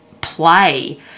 play